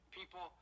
people